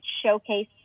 showcase